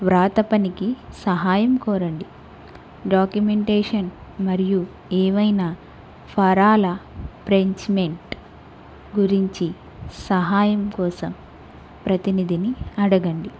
వ్రాత పనికి సహాయం కోరండి డాక్యుమెంటేషన్ మరియు ఏవైనా ఫారాల ప్రెంచ్మెంట్ గురించి సహాయం కోసం ప్రతినిధిని అడగండి